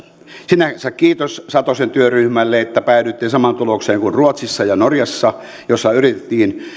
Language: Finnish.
sinänsä kiitos satosen työryhmälle että päädyitte samaan tulokseen kuin ruotsissa ja norjassa jossa yritettiin